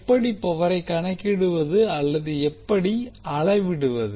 எப்படி பவரை கணக்கிடுவது அல்லது எப்படி அளவிடுவது